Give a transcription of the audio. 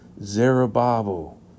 Zerubbabel